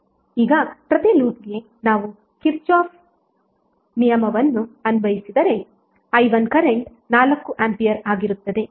ಈಗ ಪ್ರತಿ ಲೂಪ್ಗೆ ನಾವು ಕಿರ್ಚಾಫ್ ನಿಯಮವನ್ನು ಅನ್ವಯಿಸಿದರೆ i1 ಕರೆಂಟ್ 4 ಆಂಪಿಯರ್ ಆಗಿರುತ್ತದೆ